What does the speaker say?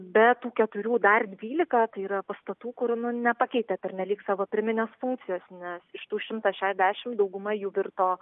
be tų keturių dar dvylika tai yra pastatų kur nepakeitė pernelyg savo pirminės funkcijos nes iš tų šimto šešiasdešimt dauguma jų virto